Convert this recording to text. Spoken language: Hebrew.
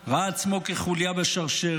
ראה עצמו כחוליה בשרשרת,